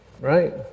right